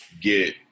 get